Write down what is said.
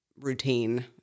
routine